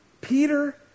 Peter